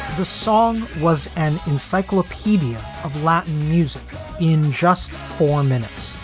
the song was an encyclopedia of latin music in just four minutes.